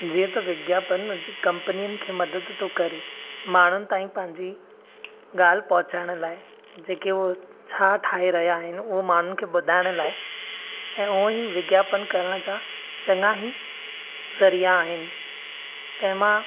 जीअं त विज्ञापन अॼु कम्पनीयुनि खे मदद थो करे माण्हुनि ताईं पंहिंजी ॻाल्हि पहुंचाइण लाइ जेके हुअ छा ठाहे रहिया आहिनि उहो माण्हुनि खे ॿुधाइण लाइ ऐं हुअं ई विज्ञापन करण जा चङा ई ज़रिया आहिनि तंहिं मां